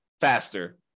faster